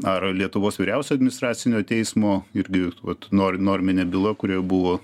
ar lietuvos vyriausio administracinio teismo irgi vat nor norminė byla kurioj buvo